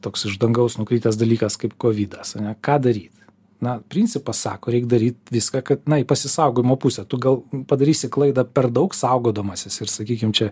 toks iš dangaus nukritęs dalykas kaip kovidas ane ką daryt na principas sako reik daryt viską kad na į pasisaugojimo pusę tu gal padarysi klaidą per daug saugodamasis ir sakykim čia